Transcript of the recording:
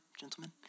gentlemen